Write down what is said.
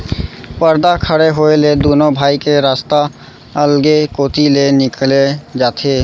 परदा खड़े होए ले दुनों भाई के रस्ता अलगे कोती ले निकाले जाथे